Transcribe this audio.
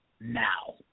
Now